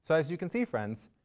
so as you can see friends,